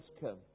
come